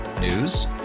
News